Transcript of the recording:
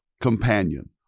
companion